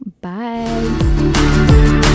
bye